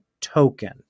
token